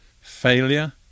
failure